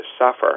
suffer